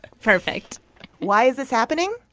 perfect why is this happening?